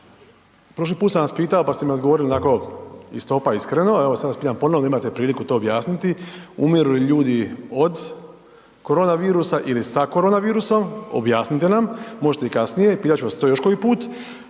Prošli put sam vas pitao, pa ste mi odgovorili onako iz topa …/Govornik se ne razumije/…Evo, sad vas pitam ponovo, imate priliku to objasniti. Umiru ljudi od koronavirusa ili sa koronavirusom, objasnite nam, možete i kasnije, pitat ću vas to još koji put.